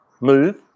move